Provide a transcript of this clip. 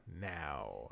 now